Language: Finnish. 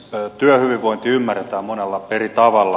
työhyvinvointi ymmärretään monella eri tavalla